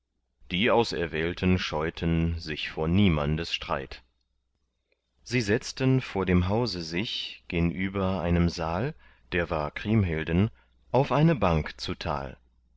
die auserwählten scheuten sich vor niemandes streit sie setzten vor dem hause sich genüber einem saal der war kriemhilden auf eine bank zutal